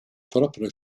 propre